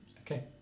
Okay